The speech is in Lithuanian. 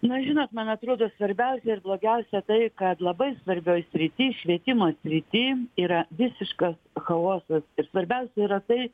na žinot man atrodo svarbiausia ir blogiausia tai kad labai svarbioj srity švietimo srity yra visiškas chaosas ir svarbiausia yra tai